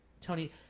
Tony